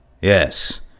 Yes